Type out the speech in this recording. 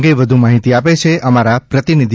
આ અંગે વ્ધ્ માહિતી આપે છે અમારા પ્રતિનિધિ